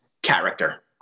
character